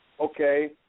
okay